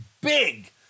big